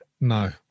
No